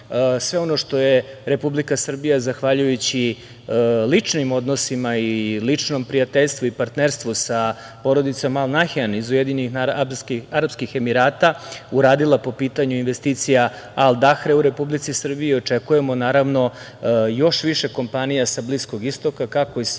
sve ono što je Republika Srbija zahvaljujući ličnim odnosima i ličnom prijateljstvu i partnerstvu sa porodicom Al Nahijan iz UAR, uradila po pitanju investicija „Al Dahre“ u Republici Srbiji. Očekujemo, naravno, još više kompanija sa Bliskog istoka, kako iz